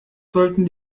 sollten